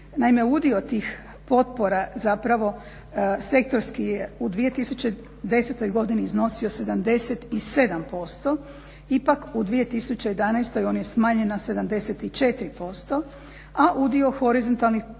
udio tih potpora zapravo sektorski je u 2010.godini iznosio 77% ipak u 2011.on je smanjen na 74% a udio horizontalnih potpora